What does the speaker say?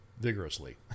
vigorously